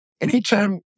anytime